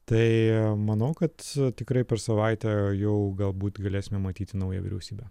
tai manau kad tikrai per savaitę jau galbūt galėsime matyti naują vyriausybę